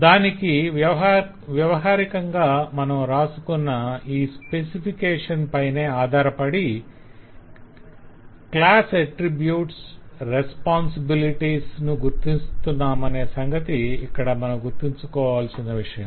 దానికి వ్యవహారికంగా మనం వ్రాసుకున్న ఈ స్పెసిఫికేషన్ పైనే ఆధారపడి క్లాస్ ఎట్ట్ర్రిబ్యుట్ రెస్పాన్సిబిలిటీస్ ను గుర్తిస్తున్నామనే సంగతి ఇక్కడ మనం గుర్తుంచుకోవాల్సిన విషయం